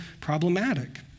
problematic